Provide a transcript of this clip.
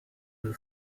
was